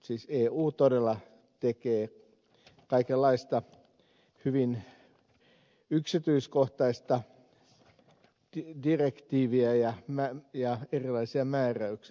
siis eu todella tekee kaikenlaisia hyvin yksityiskohtaisia direktiivejä ja erilaisia määräyksiä